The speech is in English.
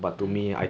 hmm